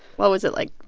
what was it, like,